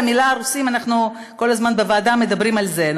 המילה "רוסים" אנחנו כל הזמן בוועדה מדברים על זה,